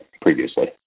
previously